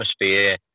atmosphere